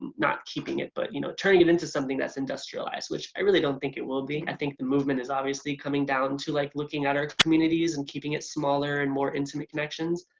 not keeping it but you know turning it into something that's industrialized, which i really don't think it will be. i think the movement is obviously coming down to like looking at our communities and keeping it smaller and more intimate connections.